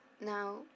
Now